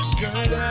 girl